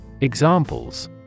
Examples